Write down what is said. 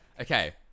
Okay